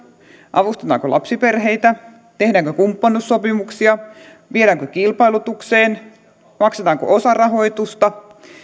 avustetaanko lapsiperheitä tehdäänkö kumppanuussopimuksia viedäänkö kilpailutukseen maksetaanko osarahoitusta